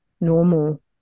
normal